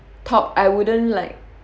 talk I wouldn't like